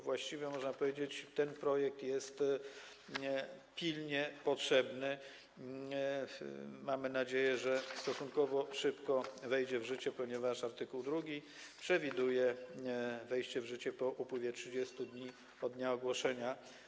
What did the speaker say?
Właściwie można powiedzieć, że ten projekt jest pilnie potrzebny i mamy nadzieję, że stosunkowo szybko wejdzie w życie, ponieważ art. 2 przewiduje wejście w życie ustawy po upływie 30 dni od dnia jej ogłoszenia.